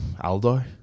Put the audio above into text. Aldo